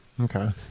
Okay